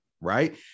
right